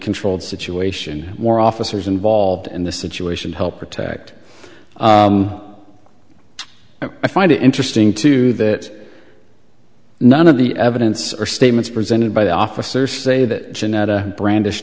controlled situation more officers involved in this situation to help protect i find it interesting too that none of the evidence or statements presented by the officers say that janetta brandish